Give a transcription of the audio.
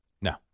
No